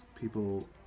people